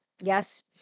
yes